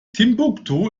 timbuktu